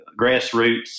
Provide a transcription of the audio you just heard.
grassroots